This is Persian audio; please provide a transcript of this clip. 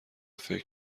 فکر